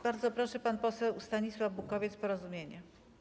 Bardzo proszę, pan poseł Stanisław Bukowiec, Porozumienie.